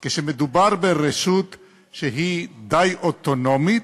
כשמדובר ברשות שהיא די אוטונומית,